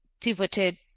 pivoted